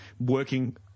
working